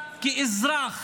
כאזרח